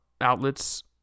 outlets